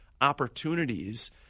opportunities